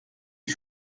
les